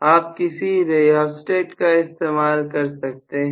आप किसी रियोस्टेट का इस्तेमाल कर सकते हैं